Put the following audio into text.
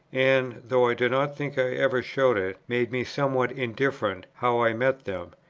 and, though i do not think i ever showed it, made me somewhat indifferent how i met them,